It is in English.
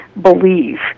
believe